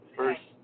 First